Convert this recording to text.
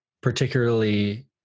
particularly